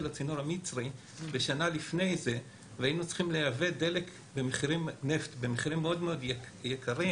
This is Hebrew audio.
הצינור המצרי שנה לפני כן והיינו צריכים לייבא נפט במחירים מאוד גבוהים